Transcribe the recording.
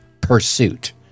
pursuit